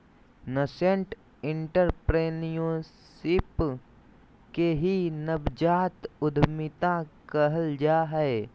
nascent entrepreneurship के ही नवजात उद्यमिता कहल जा हय